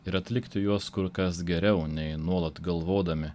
ir atlikti juos kur kas geriau nei nuolat galvodami